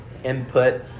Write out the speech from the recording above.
input